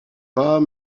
pas